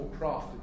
crafted